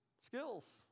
Skills